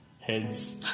heads